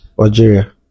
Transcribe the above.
Algeria